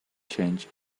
change